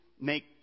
make